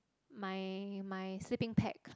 my my sleeping pack